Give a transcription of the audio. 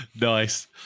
Nice